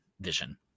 vision